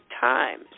time